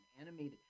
Animated